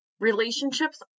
Relationships